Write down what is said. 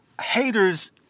Haters